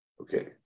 Okay